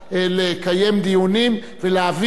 את הנושא לקריאה שנייה ולקריאה שלישית,